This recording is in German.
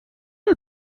ihr